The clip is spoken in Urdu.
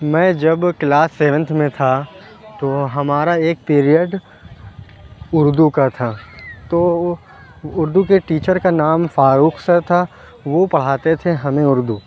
میں جب کلاس سیونتھ میں تھا تو ہمارا ایک پیریڈ اُردو کا تھا تو وہ اُردو کے ٹیچر کا نام فاروق سر تھا وہ پڑھاتے تھے ہمیں اُردو